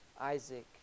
Isaac